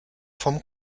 vom